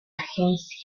agencia